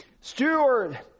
Steward